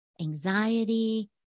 anxiety